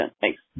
Thanks